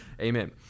amen